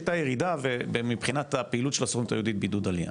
הייתה ירידה ומבחינת הפעילות של הסוכנות היהודית בידוד עלייה.